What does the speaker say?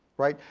right?